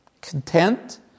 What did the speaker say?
Content